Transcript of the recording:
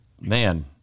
man